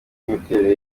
n’imiterere